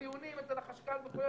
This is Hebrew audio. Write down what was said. כולנו מבינים מהדיונים אצל החשכ"ל וכו',